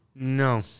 No